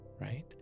right